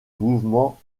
mouvement